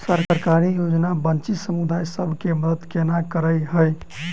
सरकारी योजना वंचित समुदाय सब केँ मदद केना करे है?